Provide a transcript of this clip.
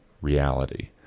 reality